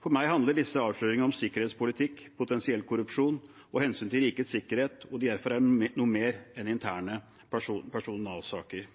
For meg handler disse avsløringene om sikkerhetspolitikk, potensiell korrupsjon og hensynet til rikets sikkerhet, og de er derfor noe mer enn interne personalsaker.